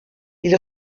ils